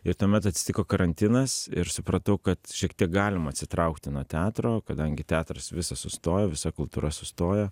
ir tuomet atsitiko karantinas ir supratau kad šiek tiek galima atsitraukti nuo teatro kadangi teatras visas sustojo visa kultūra sustojo